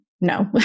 no